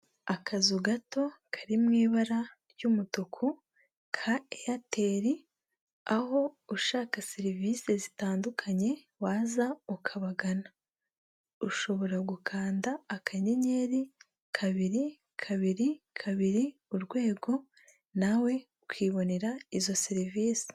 Akazu gato kari mw'ibara ry'umutuku ka Airtel aho ushaka serivisi zitandukanye waza ukabagana, ushobora gukanda akannyeri, kabiri, kabiri, kabiri, urwego, nawe ukibonera izo serivisi.